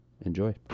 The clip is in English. Enjoy